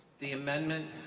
the amendment,